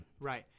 Right